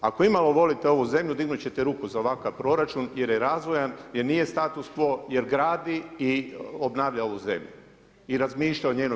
Ako imalo volite ovu zemlju dignut ćete ruku za ovakav proračun jer je razvojan i nije status quo jer gradi i obnavlja ovu zemlju i razmišlja o njenoj